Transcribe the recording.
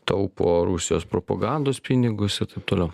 taupo rusijos propagandos pinigus ir taip toliau